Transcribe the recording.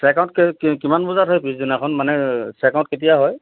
checkout কিমান বজাত হয় পিছদিনাখন মানে চেকআউট কেতিয়া হয়